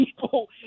people